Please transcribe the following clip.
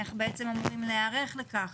איך אמורים להיערך לכך?